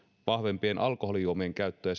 vahvempien alkoholijuomien käyttöä